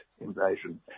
invasion